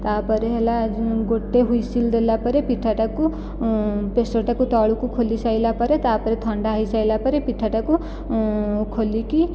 ତା'ପରେ ହେଲା ଗୋଟିଏ ହ୍ୱିସିଲ୍ ଦେଲାପରେ ପିଠାଟାକୁ ପ୍ରେସରଟାକୁ ତଳକୁ ଖୋଲିସାରିଲା ପରେ ତା' ପରେ ଥଣ୍ଡା ହୋଇସାରିଲା ପରେ ପିଠାଟାକୁ ଖୋଲିକି